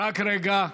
רק רגע.